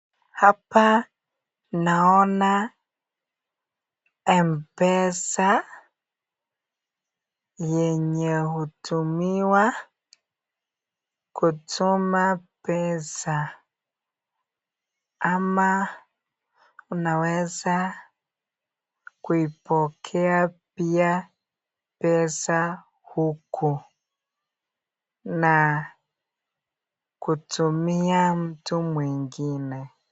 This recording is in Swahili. Hapa naona Mpesa yenye hutumiwa kutuma pesa ama unaweza kuipokea pia pesa huku na kutumia mtu mwingine.